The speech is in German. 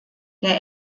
der